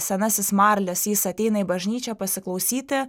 senasis marlis jis ateina į bažnyčią pasiklausyti